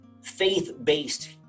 faith-based